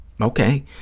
Okay